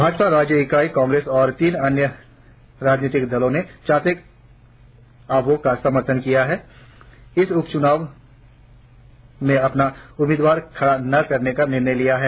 भाजपा राज्य इकाई कांग्रेस और तीन अन्य राजनीतिक दलों ने चाकेत आबोह का समर्थन करते हुए इस उप चुनाव में अपना उम्मीदवार खड़ा न करने का निर्णय लिया है